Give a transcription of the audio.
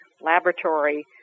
laboratory